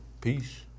Peace